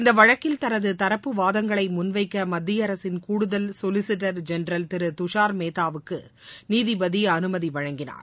இந்த வழக்கில் தனது தரப்பு வாதங்களை முன்வைக்க மத்திய அரசின் கூடுதல் கொலிசிஸ்டர் ஜெனரால் திரு துஷார் மேதாவுக்கு நீதிபதி அனுமதி வழங்கியுள்ளது